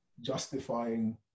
justifying